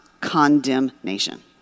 condemnation